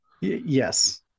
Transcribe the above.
Yes